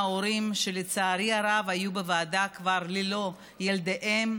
הורים שלצערי הרב היו בוועדה כבר ללא ילדיהם,